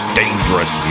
dangerous